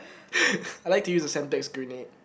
I like to use the Semtex grenade